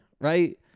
right